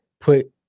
put